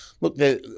Look